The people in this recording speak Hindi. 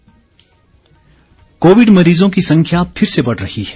कोविड संदेश कोविड मरीजों की संख्या फिर से बढ़ रही है